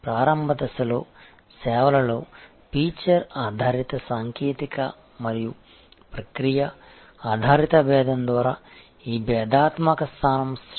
ప్రారంభ దశలో సేవలలో ఫీచర్ ఆధారిత సాంకేతిక మరియు ప్రక్రియ ఆధారిత భేదం ద్వారా ఈ భేదాత్మక స్థానం సృష్టించబడుతుంది